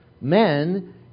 Men